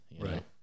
right